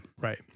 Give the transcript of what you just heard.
Right